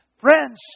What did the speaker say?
Friends